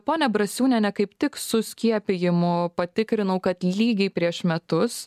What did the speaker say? pone brasiūniene kaip tik su skiepijimu patikrinau kad lygiai prieš metus